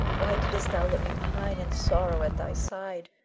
why didst thou let me pine in sorrow at thy side,